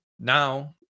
Now